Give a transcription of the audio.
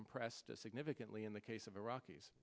compressed significantly in the case of iraqis